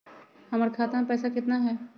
हमर खाता मे पैसा केतना है?